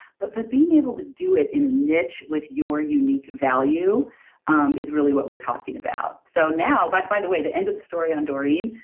but but being able to do it in a niche with your unique value um is really what we're talking about. so but by the way, the end of the story on doreen,